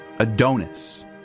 Adonis